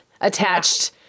attached